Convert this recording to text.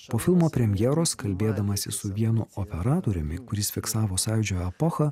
po filmo premjeros kalbėdamasis su vienu operatoriumi kuris fiksavo sąjūdžio epochą